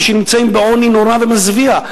ושנמצאים בעוני נורא ומזוויע.